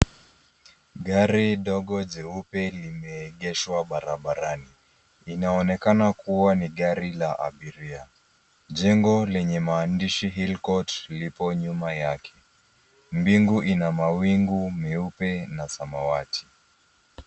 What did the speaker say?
Gari dogo jeupe limeegeshwa barabarani inaonekana kua ni gari la abiria jengio lenye maandishi hill court lipo nyuma yake mbingu inamawaingu meupe na samawati.